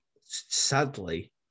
Sadly